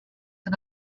for